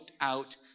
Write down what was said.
out